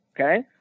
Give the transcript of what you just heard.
Okay